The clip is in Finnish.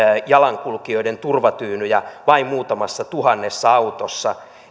jalankulkijoiden turvatyynyjä vain muutamassa tuhannessa autossa